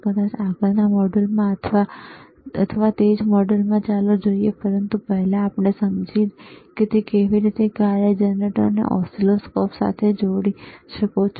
કદાચ આગળના મોડ્યુલમાં અથવા તે જ મોડ્યુલમાં ચાલો જોઈએ પરંતુ પહેલા આપણે સમજીએ કે તમે કેવી રીતે કાર્ય જનરેટરને ઓસિલોસ્કોપ સાથે જોડી શકો છો